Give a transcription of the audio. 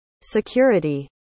security